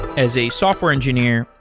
as a software engineer,